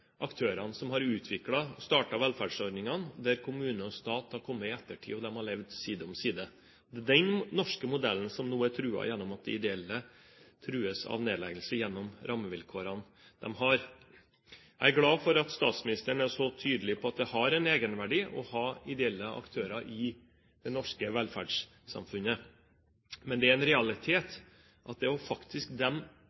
aktørene som har utviklet og startet velferdsordningene der kommune og stat har kommet i ettertid, og de har levd side om side. Det er den norske modellen som nå er truet, gjennom at de ideelle trues av nedleggelse på grunn av de rammevilkårene de har. Jeg er glad for at statsministeren er så tydelig på at det har en egenverdi å ha ideelle aktører i det norske velferdssamfunnet,